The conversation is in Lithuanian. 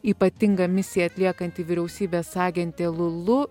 ypatingą misiją atliekanti vyriausybės agentė lulu